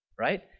right